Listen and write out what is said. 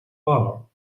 wall